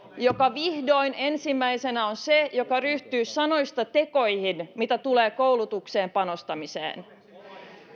joka vihdoin ensimmäisenä on se joka ryhtyy sanoista tekoihin mitä tulee koulutukseen panostamiseen